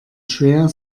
schwer